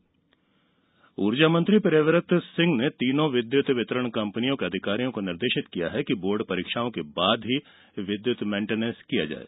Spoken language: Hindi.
विद्युत मेन्टेनेंस ऊर्जा मंत्री प्रियव्रत सिंह ने तीनों विद्युत वितरण कम्पनियों के अधिकारियों को निर्देशित किया है कि बोर्ड परीक्षाओं के बाद ही विद्युत मेन्टेनेंस करें